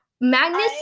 Magnus